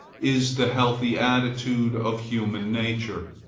is the healthy attitude of human nature.